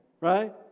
right